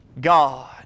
God